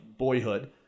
boyhood